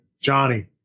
Johnny